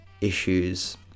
issues